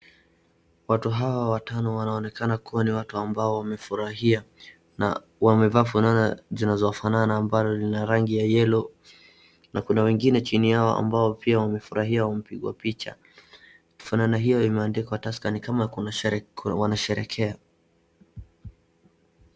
Watu hawa watano wanaonekana kuwa ni watu ambao wamefurahia, na wamevaa fulana zinazo fanana ambalo lina rangi ya yellow , na kuna wengine chini yao ambao pia wamefurahia wamepigwa picha. Fulana hio imeandikwa Tusker, ni kama kuna wana sherehekea.